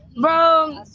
bro